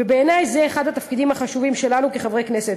ובעיני זה אחד התפקידים החשובים שלנו כחברי כנסת.